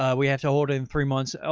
ah we have to hold it in three months. ah